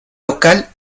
local